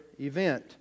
event